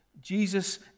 Jesus